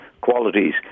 qualities